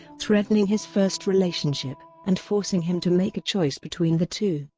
threatening his first relationship, and forcing him to make a choice between the two.